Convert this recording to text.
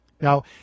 Now